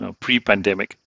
pre-pandemic